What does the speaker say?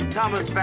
Thomas